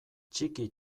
txiki